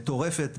"מטורפת",